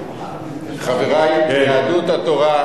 חברי מיהדות התורה.